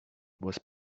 was